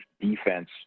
defense